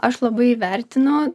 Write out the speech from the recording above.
aš labai vertinu